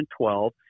2012